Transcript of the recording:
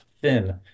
thin